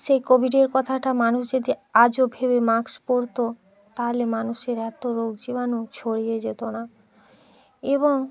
সেই কোভিডের কথাটা মানুষ যদি আজও ভেবে মাস্ক পরতো তাহলে মানুষের এত রোগ জীবাণু ছড়িয়ে যেত না এবং